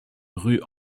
rue